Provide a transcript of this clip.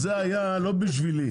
זה לא היה בשבילי.